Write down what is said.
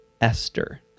Esther